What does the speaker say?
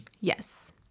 Yes